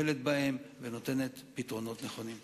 מטפלת בהם ונותנת פתרונות נכונים.